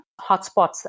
hotspots